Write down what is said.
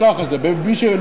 ככה זה.